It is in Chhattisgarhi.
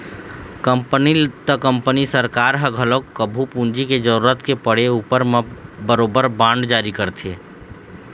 कंपनी त कंपनी सरकार ह घलोक कभू पूंजी के जरुरत के पड़े उपर म बरोबर बांड जारी करथे